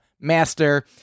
master